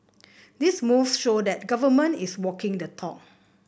these moves show that the Government is walking the talk